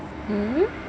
hmm